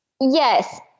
Yes